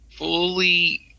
Fully